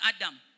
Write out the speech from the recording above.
Adam